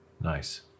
Nice